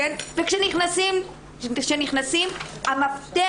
כשנכנסים, המפתח